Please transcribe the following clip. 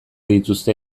dituzte